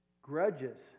Grudges